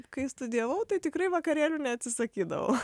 kai studijavau tai tikrai vakarėlių neatsisakydavau